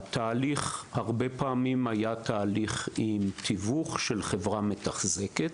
הרבה פעמים התהליך נעשה עם תיווך של חברה מתחזקת.